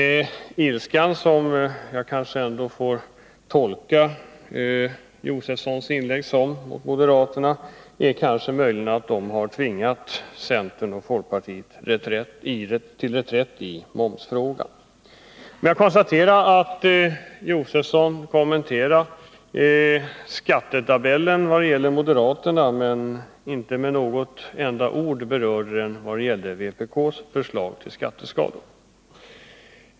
Den ilska mot moderaterna som jag tycker mig kunna utläsa av Stig Josefsons inlägg beror möjligen på att moderaterna har tvingat centern och folkpartiet till reträtt i momsfrågan. Jag konstaterar samtidigt att Stig Josefson kommenterade skattetabellen vad det gäller moderaternas förslag men inte med ett enda ord berörde den i förhållande till vpk:s förslag till skatteskala.